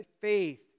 faith